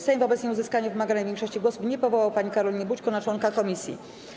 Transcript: Sejm wobec nieuzyskania wymaganej większości głosów nie powołał pani Karoliny Bućko na członka komisji.